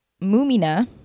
Mumina